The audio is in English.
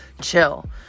chill